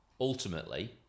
ultimately